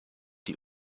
die